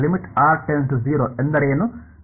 ಆದ್ದರಿಂದ ಅದರ ಎಂದರೇನು